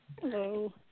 Hello